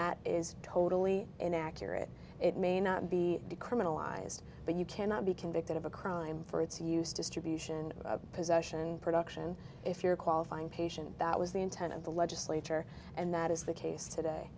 that is totally inaccurate it may not be decriminalized but you cannot be convicted of a crime for its use distribution of possession production if you're qualifying patient that was the intent of the legislature and that is the case today